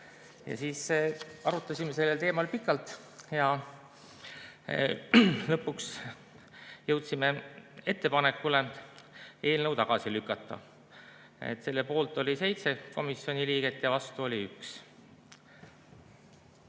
Arutasime sellel teemal pikalt ja lõpuks jõudsime ettepanekuni eelnõu tagasi lükata. Selle poolt oli 7 komisjoni liiget ja vastu oli 1.